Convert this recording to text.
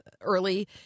early